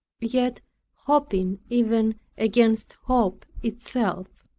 yet hoping even against hope itself.